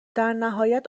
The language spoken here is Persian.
درنهایت